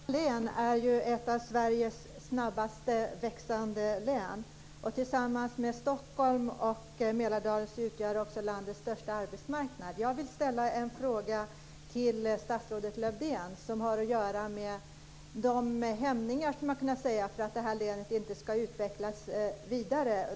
Fru talman! Uppsala län är ett av Sveriges snabbast växande län. Tillsammans med Stockholm och Mälardalen i övrigt utgör det också landets största arbetsmarknad. Jag vill till statsrådet Lövdén ställa en fråga som har att göra med de hinder som finns för länets fortsatta utveckling.